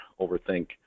overthink